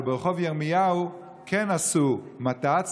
אבל ברחוב ירמיהו כן עשו מת"צ,